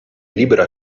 libero